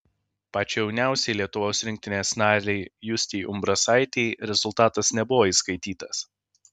pačiai jauniausiai lietuvos rinktinės narei justei umbrasaitei rezultatas nebuvo įskaitytas